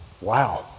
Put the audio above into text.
wow